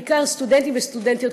בעיקר סטודנטים וסטודנטיות,